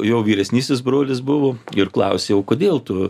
jo vyresnysis brolis buvo ir klausiau kodėl tu